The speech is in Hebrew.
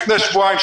לפני שבועיים,